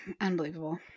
Unbelievable